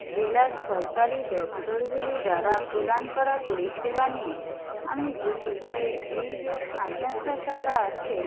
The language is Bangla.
জেলার সরকারি দপ্তরগুলি দ্বারা প্রদান করা পরিষেবা নিয়ে আমি বলি যে এই যে স্থানীয় সরকাররা আছে